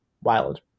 wild